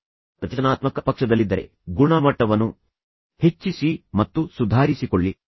ನೀವು ಈಗಾಗಲೇ ರಚನಾತ್ಮಕ ಪಕ್ಷದಲ್ಲಿದ್ದರೆ ದಯವಿಟ್ಟು ಈ ಗುಣಮಟ್ಟವನ್ನು ಹೆಚ್ಚಿಸಿ ಮತ್ತು ಸುಧಾರಿಸಿಕೊಳ್ಳಿ